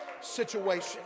situation